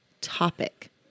topic